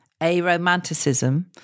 aromanticism